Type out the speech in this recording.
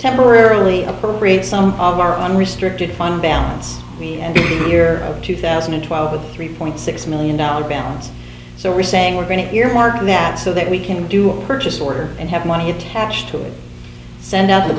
temporarily appropriate some of our unrestricted fund balance we have here two thousand and twelve a three point six million dollars balance so we're saying we're going to earmark that so that we can do a purchase order and have money attached to it send